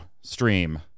stream